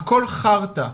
"הכל חרטא".